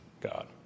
God